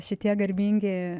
šitie garbingi